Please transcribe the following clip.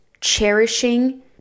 cherishing